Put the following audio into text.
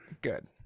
Good